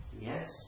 Yes